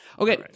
Okay